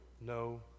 no